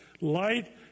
Light